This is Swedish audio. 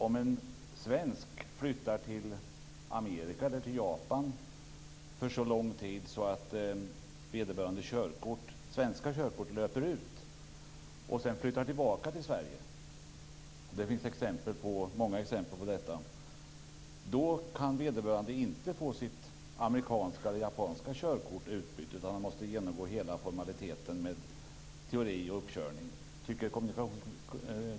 Om en svensk flyttar till Amerika eller till Japan för så lång tid att vederbörandes svenska körkort löper ut och sedan flyttar tillbaka till Sverige - det finns många exempel på detta - kan vederbörande inte få sitt amerikanska eller japanska körkort utbytt utan han måste genomgå hela formaliteten med teori och uppkörning.